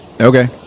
Okay